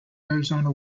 arizona